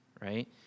right